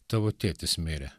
tavo tėtis mirė